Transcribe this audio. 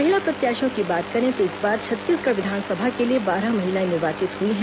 महिला प्रत्याशियों की बात करें तो इस बार छत्तीसगढ़ विधानसभा के लिए बारह महिलाएं निर्वाचित हुई हैं